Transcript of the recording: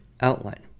outline